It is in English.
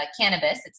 cannabis